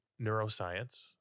neuroscience